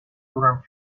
منظورم